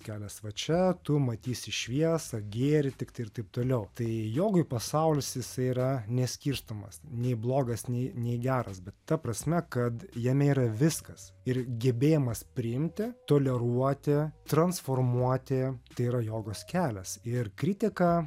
kelias va čia tu matysi šviesą gėrį tiktai ir taip toliau tai jogui pasaulis jisai yra ne skirtumas nei blogas nei nei geras bet ta prasme kad jame yra viskas ir gebėjimas priimti toleruoti transformuoti tai yra jogos kelias ir kritika